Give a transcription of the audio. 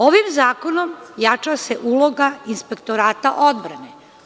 Ovim zakonom jača se uloga Inspektorata odbrane.